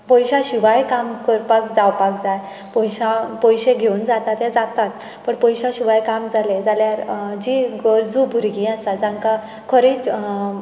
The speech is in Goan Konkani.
पयशा शिवाय काम करपाक जावपाक जाय पयशा पयशे घेवन जाता तें जातात पण पयशा शिवाय काम जालें जाल्यार जी गरजो भुरगीं आसा जांकां खरीच